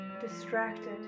distracted